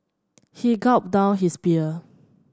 he gulped down his beer